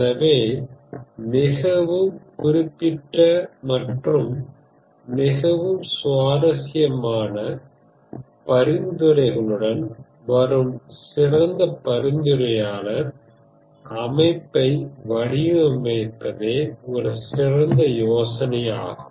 எனவே மிகவும் குறிப்பிட்ட மற்றும் மிகவும் சுவாரஸ்யமான பரிந்துரைகளுடன் வரும் சிறந்த பரிந்துரையாளர் அமைப்பை வடிவமைப்பதே ஒரு சிறந்த யோசனையாகும்